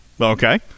Okay